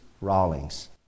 Rawlings